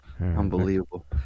Unbelievable